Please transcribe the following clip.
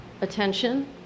attention